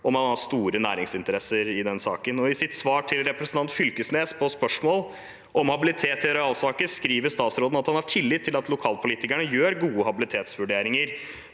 om han hadde store næringsinteresser i saken. I sitt svar til representanten Fylkesnes på spørsmål om habilitet i arealsaker skriver statsråden at han har tillit til at lokalpolitikerne gjør gode habilitetsvurderinger,